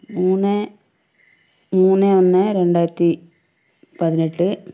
മൂന്ന് മൂന്ന് ഒന്ന് രണ്ടായിരത്തി പതിനെട്ട്